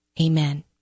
Amen